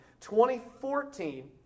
2014